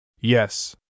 Yes